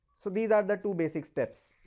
so these are the two basic steps.